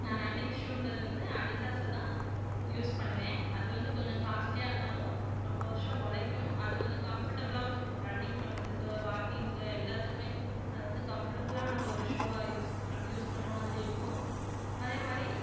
நான் ரன்னிங் ஷூன்றது வந்து அடிதாஸ தான் யூஸ் பண்ணுவேன் அது வந்து கொஞ்சம் காஸ்லியாக இருந்தாலும் ரொம்ப வருஷம் உலைக்கும் அது வந்து கம்ஃபர்ட்டபிளாகவும் இருக்கும் ரன்னிங் பண்ணுறதுக்கு வாக்கிங்க்கு எல்லாத்துக்குமே அது வந்து கம்ஃபர்ட்டபிளான ஒரு ஷூவாக யூஸ் ப யூஸ் பண்ணுற மாதிரி இருக்கும் அதேமாதிரி